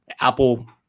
apple